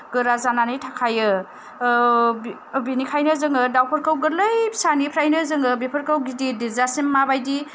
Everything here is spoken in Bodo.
गोरा जानानै थाखायो बिनिखायनो जोङो दाउफोरखौ गोरलै फिसाफोरनिफ्रायनो जोङो बेफोरखौ गिदिर देरजासिम माबायदि